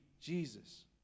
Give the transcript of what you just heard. Jesus